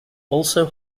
also